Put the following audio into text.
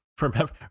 remember